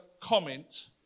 comment